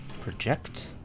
project